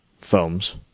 films